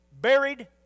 buried